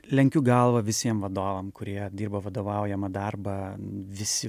lenkiu galvą visiem vadovam kurie dirba vadovaujamą darbą visi